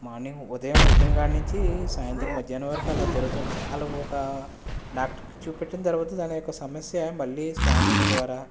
morning ఉదయం వచ్చిన కాడ నుంచి సాయంత్రం మధ్యాహ్నం వరకు అలా జరుగుతూ ఉంటుంది వాళ్ళు ఒక డాక్టర్కి చూపించిన తరువాత దాని యొక్క సమస్య మళ్ళీ స్కానింగ్ ద్వారా